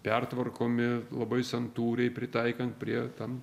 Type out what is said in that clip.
pertvarkomi labai santūriai pritaikant prie ten